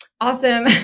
awesome